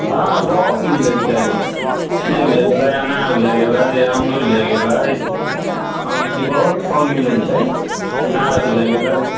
हँ बहुत मिलैत छै सेब भए गेलै अनार भए गेलै अमधुर भए गेलै आओर अथि बहुत फल मिलैत छै अनार भी भए गेलै